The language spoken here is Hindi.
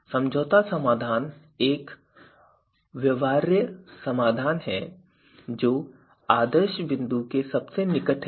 समझौता समाधान एक व्यवहार्य समाधान है जो आदर्श बिंदु के सबसे निकट है